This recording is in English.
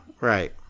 right